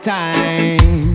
time